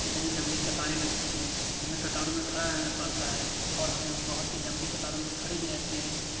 कितनी लंबी कतारे लगती हैं हमें कतारो में खड़ा रहना पड़ता है और हमें बहुत ही लंबी कतारो में खड़े भी रहते हैं